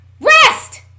Rest